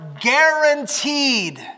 guaranteed